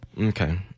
Okay